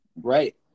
Right